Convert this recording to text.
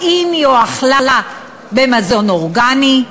האם היא הואכלה במזון אורגני?